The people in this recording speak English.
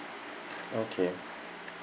okay